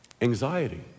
Anxiety